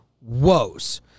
woes